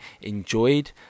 enjoyed